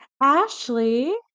Ashley